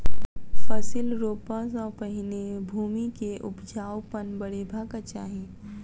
फसिल रोपअ सॅ पहिने भूमि के उपजाऊपन बढ़ेबाक चाही